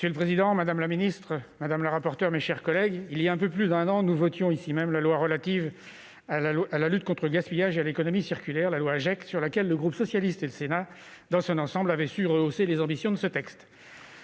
Monsieur le président, madame la secrétaire d'État, mes chers collègues, il y a un peu plus d'un an, nous votions ici même, au Sénat, la loi relative à la lutte contre le gaspillage et à l'économie circulaire, la loi AGEC. Le groupe socialiste et le Sénat dans son ensemble avaient su rehausser les ambitions de ce texte.